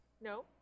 No